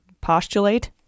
postulate